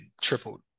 tripled